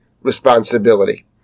responsibility